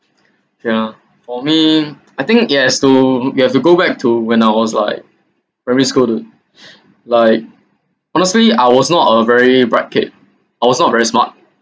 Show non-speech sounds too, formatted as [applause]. ya for me [noise] I think it has to you have to go back to when I was like primary school to [breath] like honestly I was not a very bright kid I was not very smart